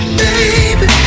baby